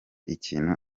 ikintu